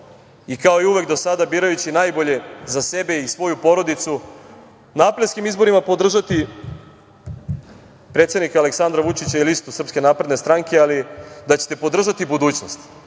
i kao i uvek do sada, birajući najbolje za sebe i svoju porodicu, na aprilskim izborima podržati predsednika Aleksandra Vučića i listu SNS, ali da ćete podržati budućnost,